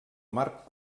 marc